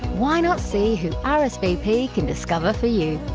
why not see who ah rsvp can discover for you.